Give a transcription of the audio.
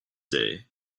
day